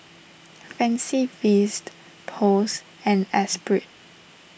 Fancy Feast Post and Espirit